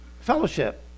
fellowship